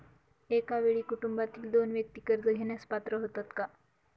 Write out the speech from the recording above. एका वेळी कुटुंबातील दोन व्यक्ती कर्ज घेण्यास पात्र होतात का?